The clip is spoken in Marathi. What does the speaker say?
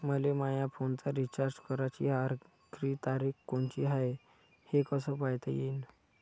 मले माया फोनचा रिचार्ज कराची आखरी तारीख कोनची हाय, हे कस पायता येईन?